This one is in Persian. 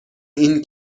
این